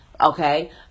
okay